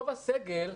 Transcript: רוב הסגל,